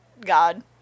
god